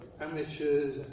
amateurs